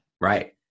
Right